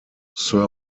sir